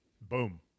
Boom